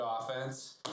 offense